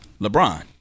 LeBron